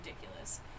ridiculous